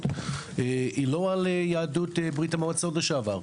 היא לא על יהדות ברית-המועצות לשעבר,